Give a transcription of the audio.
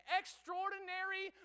extraordinary